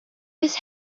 his